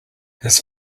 his